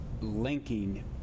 linking